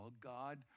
God